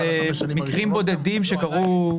אלה מקרים בודדים שקרו.